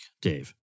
Dave